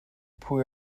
pwy